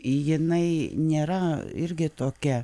jinai nėra irgi tokia